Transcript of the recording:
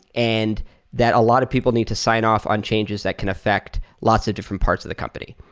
and that a lot of people need to sign off on changes that can affect lots of different parts of the company.